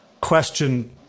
question